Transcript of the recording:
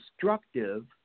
destructive